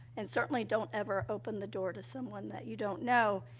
and certainly don't ever open the door to someone that you don't know.